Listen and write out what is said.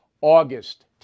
August